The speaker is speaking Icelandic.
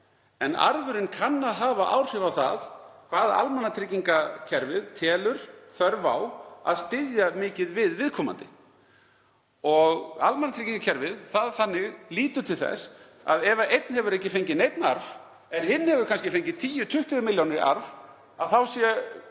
En arfurinn kann að hafa áhrif á hvað almannatryggingakerfið telur þörf á að styðja mikið við viðkomandi. Almannatryggingakerfið lítur til þess að ef einn hefur ekki fengið neinn arf en hinn hefur kannski fengið 10–20 milljónir í arf sé